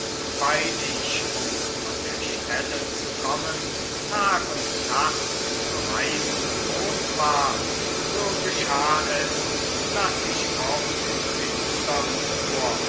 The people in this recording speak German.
weil ich um von der stelle zu kommen tag und nacht zu reisen gewohnt war so geschah es daß ich oft im finstern fuhr